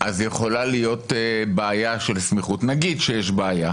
אז יכולה להיות בעיה של סמיכות נגיד שיש בעיה